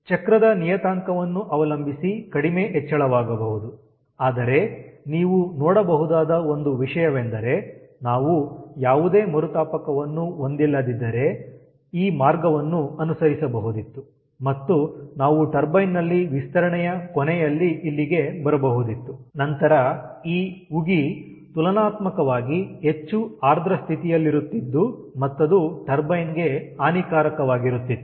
ಚಕ್ರದ ನಿಯತಾಂಕವನ್ನು ಅವಲಂಬಿಸಿ ಕಡಿಮೆ ಹೆಚ್ಚಳವಾಗಬಹುದು ಆದರೆ ನೀವು ನೋಡಬಹುದಾದ ಒಂದು ವಿಷಯವೆಂದರೆ ನಾವು ಯಾವುದೇ ಮರುತಾಪಕವನ್ನು ಹೊಂದಿಲ್ಲದಿದ್ದರೆ ಈ ಮಾರ್ಗವನ್ನು ಅನುಸರಿಸಬಹುದಿತ್ತು ಮತ್ತು ನಾವು ಟರ್ಬೈನ್ ನಲ್ಲಿ ವಿಸ್ತರಣೆಯ ಕೊನೆಯಲ್ಲಿ ಇಲ್ಲಿಗೆ ಬರಬಹುದಿತ್ತು ನಂತರ ಈ ಉಗಿ ತುಲನಾತ್ಮಕವಾಗಿ ಹೆಚ್ಚು ಆರ್ದ್ರ ಸ್ಥಿತಿಯಲ್ಲಿರುತ್ತಿದ್ದು ಮತ್ತದು ಟರ್ಬೈನ್ ಗೆ ಹಾನಿಕಾರಕವಾಗಿರುತ್ತಿತ್ತು